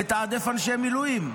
לתעדף אנשי מילואים.